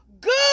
good